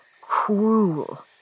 cruel